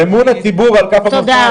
אמון הציבור על כף המאזניים.